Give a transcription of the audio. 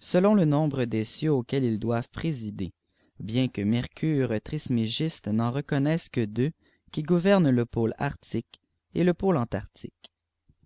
selon le nombre des cieux auxquels ils doivent présider bien que mercure trismégiste n'en reconnaisse que deux qui gouvernent le pôle arctique et le pôle antarctique